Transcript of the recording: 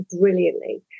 brilliantly